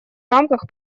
рамках